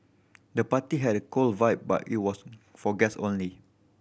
the party had a cool vibe but it was for guests only